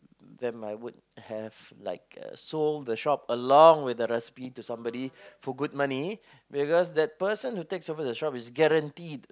them I would have like uh sold the shop along with the recipe to somebody for good money because that person who takes over the shop is guaranteed